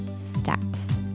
steps